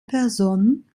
personen